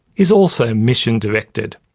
is also mission-directed.